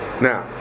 Now